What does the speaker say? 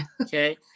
okay